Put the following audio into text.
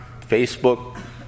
Facebook